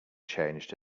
changed